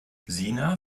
sina